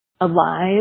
alive